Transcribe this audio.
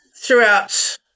throughout